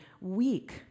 weak